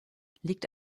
liegt